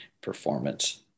performance